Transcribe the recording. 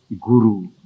guru